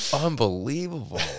Unbelievable